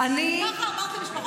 ככה אמרת למשפחות החטופים?